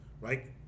right